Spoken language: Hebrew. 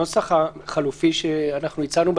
הנוסח החלופי שאנחנו הצענו,